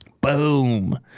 Boom